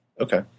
okay